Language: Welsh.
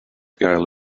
gael